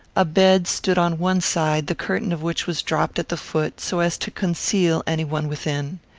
a bed stood on one side, the curtain of which was dropped at the foot, so as to conceal any one within.